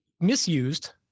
misused